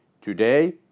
Today